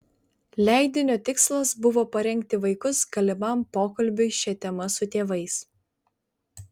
leidinio tikslas buvo parengti vaikus galimam pokalbiui šia tema su tėvais